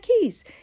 keys